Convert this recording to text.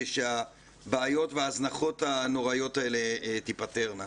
שהבעיות וההזנחות הנוראיות האלה תיפתרנה.